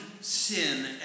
sin